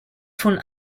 von